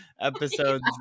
episodes